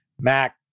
mac